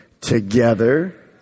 Together